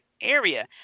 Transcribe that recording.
area